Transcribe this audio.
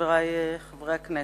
חברי חברי הכנסת,